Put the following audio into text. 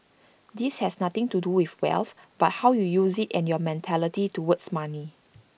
this has nothing to do with wealth but how you use IT and your mentality towards money